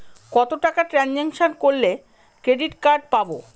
কত টাকা ট্রানজেকশন করলে ক্রেডিট কার্ড পাবো?